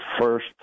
first